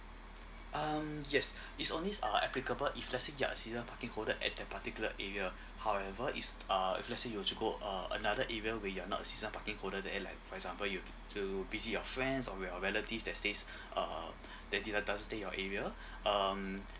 um yes it's only's uh applicable if let's say you're a season parking holder at that particular area however it's uh if let's say you were to go uh another area where you're not a season parking holder there like for example you'd to visit your friends or your relatives that stays uh that didn't doesn't stay your area um